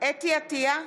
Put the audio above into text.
חוה אתי עטייה,